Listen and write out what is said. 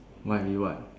why we want